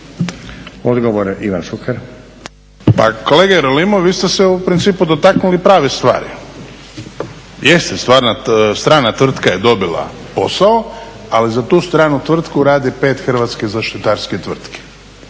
**Šuker, Ivan (HDZ)** Pa kolega Jerolimov, vi ste se u principu dotaknuli prave stvari. Jeste, stvarno, strana tvrtka je dobila posao, ali za tu stranu tvrtku radi pet hrvatskih zaštitarskih tvrtki.